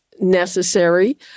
necessary